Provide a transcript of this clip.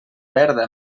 verda